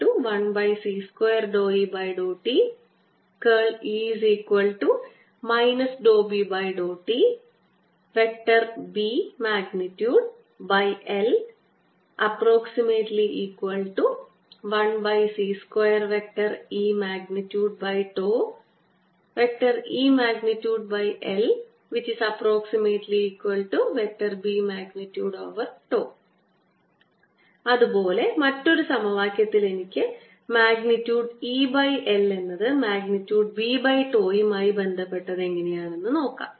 B00E∂t1c2E∂tE B∂t |B|l1c2|E||E|l|B| അതുപോലെ മറ്റൊരു സമവാക്യത്തിൽ എനിക്ക് മാഗ്നിറ്റ്യൂഡ് E by l എന്നത് മാഗ്നിറ്റ്യൂഡ് B by τ യുമായി ബന്ധപ്പെട്ടത് എങ്ങനെയാണ് നോക്കാം